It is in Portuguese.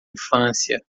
infância